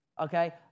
okay